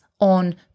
on